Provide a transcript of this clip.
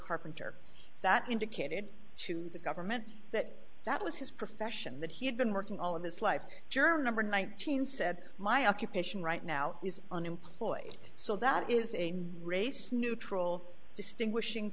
carpenter that indicated to the government that that was his profession that he had been working all of his life juror number nineteen said my occupation right now is an employee so that is a race neutral distinguishing